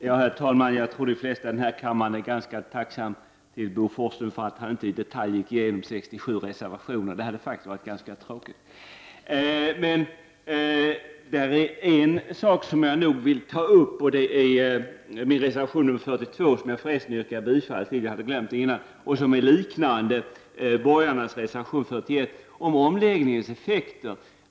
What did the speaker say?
Herr talman! Jag tror att de flesta i denna kammare är tacksamma för att Bo Forslund inte i detalj gick igenom 67 reservationer. Det hade faktiskt varit ganska tråkigt. Det är en sak som jag vill ta upp, och det gäller min reservation 42, som jag förresten vill yrka bifall till. Den liknar de borgerliga partiernas reservation 41 om omläggningens effekter.